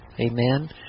Amen